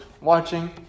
watching